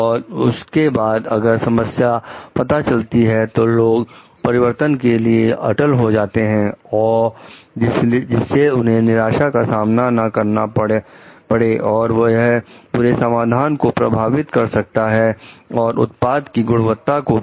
और उसके बाद अगर समस्या पता चलती है लोग परिवर्तन के लिए अटल हो जाते हैं जिससे उन्हें निराशा का सामना ना करना पड़े और यह पूरे समाधान को प्रभावित कर सकता है और उत्पाद की गुणवत्ता को भी